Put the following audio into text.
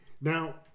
Now